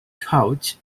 trout